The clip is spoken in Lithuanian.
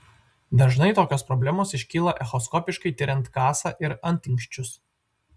dažnai tokios problemos iškyla echoskopiškai tiriant kasą ir antinksčius